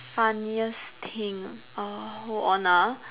funniest thing uh hold on ah